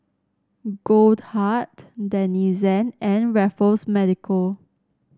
Goldheart Denizen and Raffles Medical